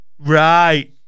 Right